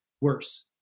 worse